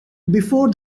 before